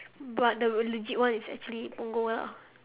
but the legit one is actually punggol [one] ah